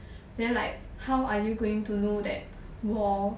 then like how are you going to know that 我